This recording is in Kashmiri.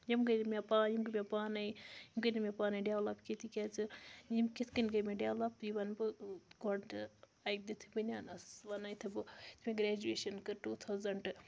یِم گٔے نہٕ مےٚ پَے یِم گٔے مےٚ پانَے یِم گٔے نہٕ مےٚ پانَے ڈٮ۪ولَپ کینٛہہ تِکیٛازِ یِم کِتھ کٔنۍ گٔے مےٚ ڈٮ۪ولَپ یہِ وَنہٕ بہٕ گۄڈٕ اَکہِ دۄہ یُتھُے بٔنیٛان ٲسٕس وونان یُتھُے بہٕ یُتھُے مےٚ گرٛیجویشَن کٔر ٹوٗ تھَوزَنٛٹ